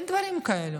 אין דברים כאלה.